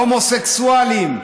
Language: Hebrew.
הומוסקסואלים,